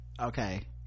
Okay